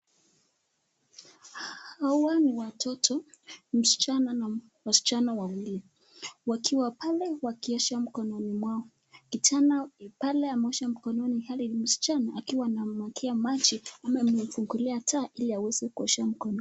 Hawa ni watoto, wasichana wawili. Wakiwa pale wakiosha mikononi mwao, kijana yuko pale akiosha mikoni na msichana akiwa anamwekea maji ama amefungukia tapu ili aweze kuosha mkono.